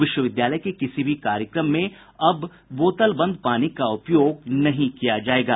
विश्वविद्यालय के किसी भी कार्यक्रम में अब बोतल बंद पानी का उपयोग नहीं किया जायेगा